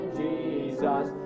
jesus